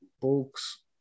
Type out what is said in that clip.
books